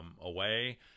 away